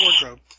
wardrobe